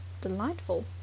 Delightful